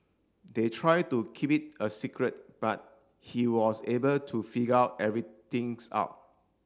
they tried to keep it a secret but he was able to figure out everything's out